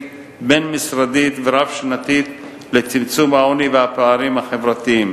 בין-משרדית ורב-שנתית לצמצום העוני והפערים החברתיים,